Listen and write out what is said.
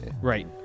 Right